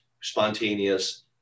spontaneous